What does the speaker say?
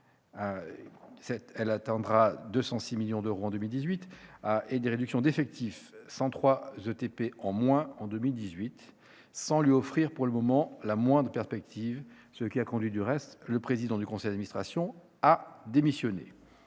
atteindra 206 millions d'euros en 2018 -et d'effectifs- 103 ETPT en moins en 2018 -, sans lui offrir pour le moment la moindre perspective, ce qui a conduit, du reste, le président de son conseil d'administration à démissionner.